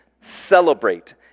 celebrate